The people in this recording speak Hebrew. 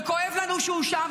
וכואב לנו שהוא שם,